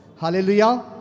Hallelujah